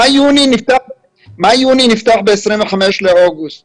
מאי-יוני נפתח ב-25 באוגוסט